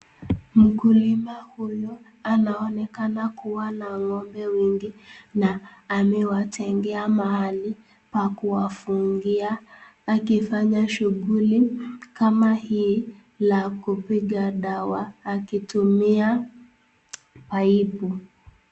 Mkulima huyu, anaonekana kuwa na ng'ombe wengi, na amewatengea mahali pa kuwafungia akifanya shughuli, kama hiiya kupiga dawa akitumia paipu.